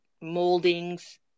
moldings